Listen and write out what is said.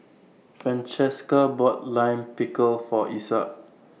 Francesca bought Lime Pickle For Isaak